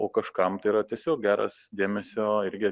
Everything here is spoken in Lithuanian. o kažkam tai yra tiesiog geras dėmesio irgi